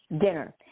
dinner